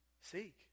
seek